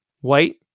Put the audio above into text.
White